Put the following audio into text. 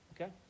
Okay